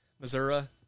Missouri